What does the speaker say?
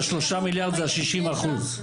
אז 3 מיליארד זה ה-60 אחוז.